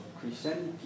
Christianity